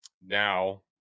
Now